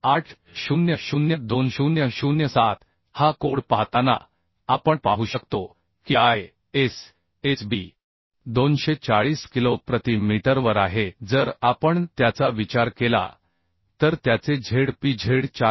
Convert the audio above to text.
800 2007 हा कोड पाहताना आपण पाहू शकतो की ISHB 200 40 किलो प्रति मीटरवर आहे जर आपण त्याचा विचार केला तर त्याचे zpZ 414